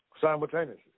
Simultaneously